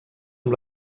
amb